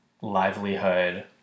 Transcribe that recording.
livelihood